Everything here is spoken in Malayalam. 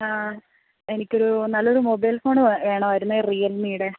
ആ എനിക്കൊരു നല്ലൊരു മൊബൈൽ ഫോണ് വേണമായിരുന്നു റിയൽമിയുടെ